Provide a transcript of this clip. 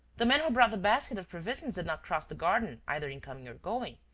the man who brought the basket of provisions did not cross the garden either in coming or going.